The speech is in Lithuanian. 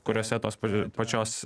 kuriose tos pačios pačios